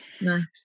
nice